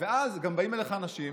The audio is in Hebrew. ואז גם באים אליך אנשים,